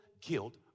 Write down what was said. guilt